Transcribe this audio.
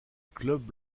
club